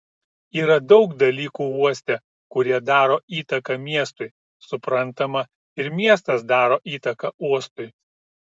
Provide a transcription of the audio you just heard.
yra daug dalykų uoste kurie daro įtaką miestui suprantama ir miestas daro įtaką uostui